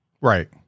Right